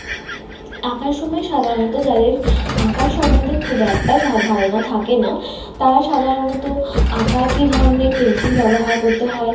আঁকার সময় সাধারণত যাদের আঁকার সম্বন্ধে খুব একটা সা ধারণা থাকে না তারা সাধারণত আঁকায় কী ধরনের পেনসিল ব্যবহার করতে হয়